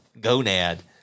Gonad